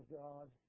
God